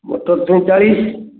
ମଟର ଛୁଇଁ ଚାଳିଶ